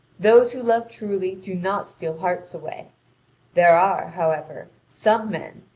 those who love truly do not steal hearts away there are, however, some men,